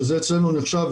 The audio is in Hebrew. שזה אצלנו נחשב,